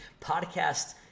podcast